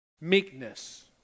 Meekness